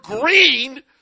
green